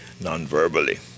non-verbally